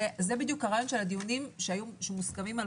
זה בדיוק הרעיון של הדיונים שמוסכמים על